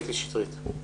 קטי שטרית.